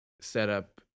setup